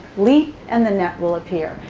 leap, and the net will appear.